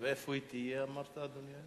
ואיפה היא תהיה, אמרת, אדוני?